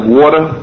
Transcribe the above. water